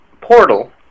Portal